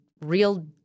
real